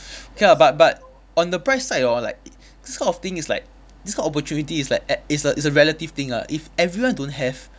K ah but but on the bright side hor like this kind of thing is like this kind of opportunity is like at is a is a relative thing lah if everyone don't have